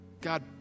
God